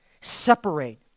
separate